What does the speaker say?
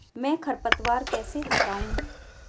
मैं खरपतवार कैसे हटाऊं?